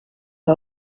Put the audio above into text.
her